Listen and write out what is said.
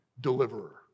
Deliverer